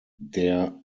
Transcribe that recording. der